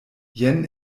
jen